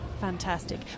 fantastic